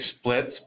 splits